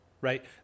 right